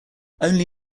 only